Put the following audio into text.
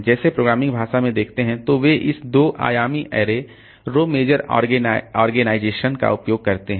जैसे प्रोग्रामिंग भाषा में देखते हैं तो वे इस 2 आयामी अरे रो मेजर ऑर्गेनाइजेशन का उपयोग करते हैं